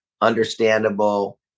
understandable